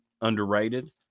underrated